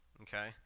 okay